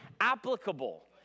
applicable